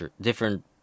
different